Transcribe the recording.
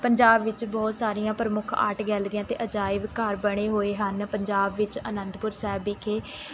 ਪੰਜਾਬ ਵਿੱਚ ਬਹੁਤ ਸਾਰੀਆਂ ਪ੍ਰਮੁੱਖ ਆਰਟ ਗੈਲਰੀਆਂ ਅਤੇ ਅਜਾਇਬ ਘਰ ਬਣੇ ਹੋਏ ਹਨ ਪੰਜਾਬ ਵਿੱਚ ਆਨੰਦਪੁਰ ਸਾਹਿਬ ਵਿਖੇ